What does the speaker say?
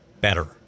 better